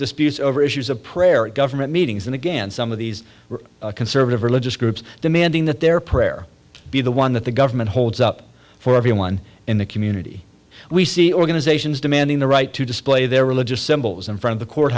disputes over issues of prayer and government meetings and again some of these conservative religious groups demanding that their prayer be the one that the government holds up for everyone in the community we see organizations demanding the right to display their religious symbols in front the court